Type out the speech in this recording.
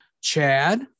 Chad